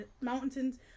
mountains